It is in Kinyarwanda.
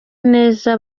neza